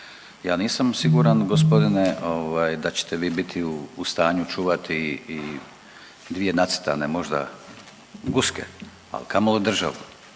Ja nisam siguran gospodine da ćete vi biti u stanju čuvati i dvije nacrtane možda guske, a kamoli državu.